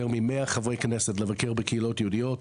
ממאה חברי כנסת לבקר בקהילות יהודיות,